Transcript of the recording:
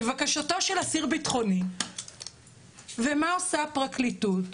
לבקשתו של אסיר בטחוני ומה עושה הפרקליטות,